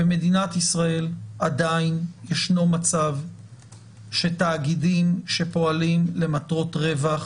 במדינת ישראל עדיין ישנו מצב שתאגידים שפועלים למטרות רווח